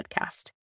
podcast